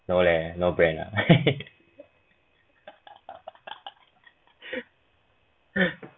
no leh no brand ah